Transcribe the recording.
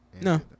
No